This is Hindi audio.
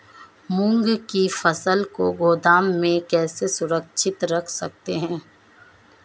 मूंग की फसल को गोदाम में कैसे सुरक्षित रख सकते हैं?